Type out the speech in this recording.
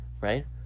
right